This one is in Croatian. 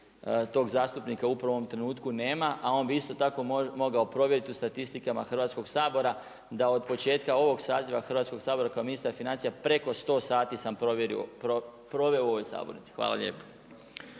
tog zastupnika upravo u ovom trenutku nema, a on bi isto tako mogao provjeriti u statistikama Hrvatskoga sabora da otpočetka ovoga saziva Hrvatskoga sabora, kao ministra financija preko 100 sati sam proveo u ovoj sabornici. Hvala lijepa.